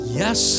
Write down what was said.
yes